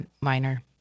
minor